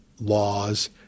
laws